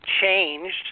changed